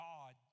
God